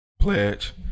Pledge